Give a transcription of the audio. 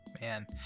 Man